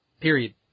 Period